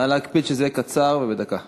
נא להקפיד שזה יהיה קצר ובדקה.